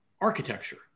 architecture